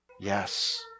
yes